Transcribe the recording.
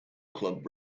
club